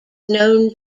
known